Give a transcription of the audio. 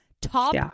top